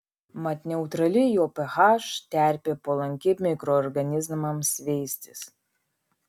mat neutrali jo ph terpė palanki mikroorganizmams veistis